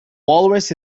walrus